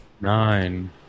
nine